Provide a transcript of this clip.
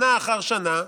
שנה אחר שנה,